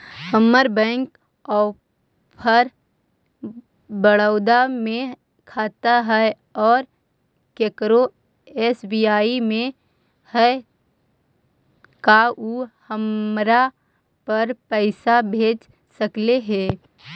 हमर bank of Baroda में खाता है और केकरो एस.बी.आई में है का उ हमरा पर पैसा भेज सकले हे?